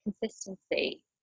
consistency